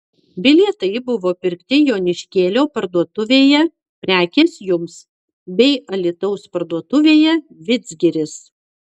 bilietai buvo pirkti joniškėlio parduotuvėje prekės jums bei alytaus parduotuvėje vidzgiris